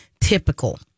typical